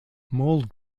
mold